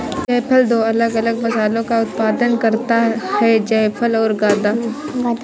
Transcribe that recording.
जायफल दो अलग अलग मसालों का उत्पादन करता है जायफल और गदा